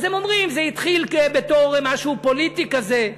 אז הם אומרים: זה התחיל בתור משהו פוליטי כזה.